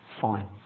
fine